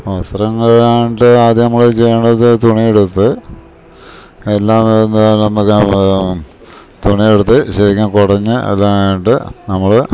അവസരങ്ങൾ ഏതാണ്ട് ആദ്യം നമ്മൾ ചെയ്യേണ്ടത് തുണി എടുത്ത് എല്ലാം എന്താ നമുക്ക് തുണി എടുത്ത് ശരിക്കും കൊടഞ്ഞ് അത്കഴിഞ്ഞിട്ട് നമ്മൾ